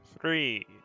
three